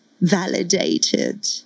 validated